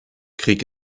krieg